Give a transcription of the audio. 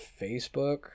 facebook